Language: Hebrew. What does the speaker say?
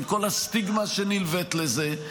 עם כל הסטיגמה שנלווית לזה,